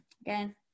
Again